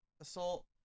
assault